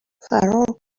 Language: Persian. فرار